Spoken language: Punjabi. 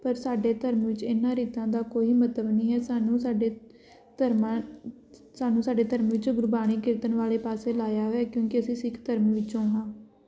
ਪਰ ਸਾਡੇ ਧਰਮ ਵਿੱਚ ਇਹਨਾਂ ਰੀਤਾਂ ਦਾ ਕੋਈ ਮਤਲਬ ਨਹੀਂ ਹੈ ਸਾਨੂੰ ਸਾਡੇ ਧਰਮਾਂ ਸਾਨੂੰ ਸਾਡੇ ਧਰਮ ਵਿੱਚ ਗੁਰਬਾਣੀ ਕੀਰਤਨ ਵਾਲੇ ਪਾਸੇ ਲਾਇਆ ਹੋਇਆ ਕਿਉਂਕਿ ਅਸੀਂ ਸਿੱਖ ਧਰਮ ਵਿੱਚੋਂ ਹਾਂ